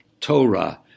Torah